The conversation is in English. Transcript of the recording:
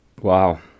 Wow